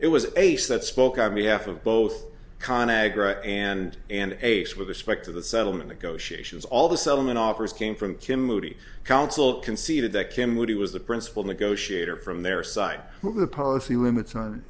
it was a set spoke on behalf of both con agra and and ace with respect to the settlement negotiations all the settlement offers came from kim moody counsel conceded that came when he was the principal negotiator from their side of the policy limits on